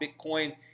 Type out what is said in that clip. Bitcoin